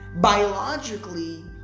biologically